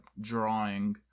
drawing